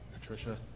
Patricia